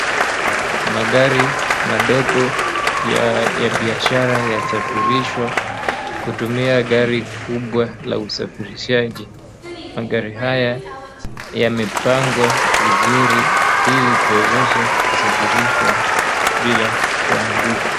Magari madogo ya biashara yasafirishwa kutumia gari kubwa la usafirishaji, magari haya yamepangwa vizuri ili kuwezesha kusafirishwa bila kuanguka.